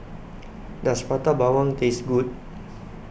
Does Prata Bawang Taste Good